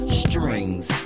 strings